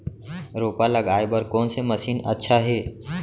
रोपा लगाय बर कोन से मशीन अच्छा हे?